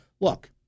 look